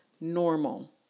normal